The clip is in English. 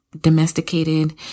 domesticated